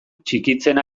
txikitzen